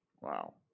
Wow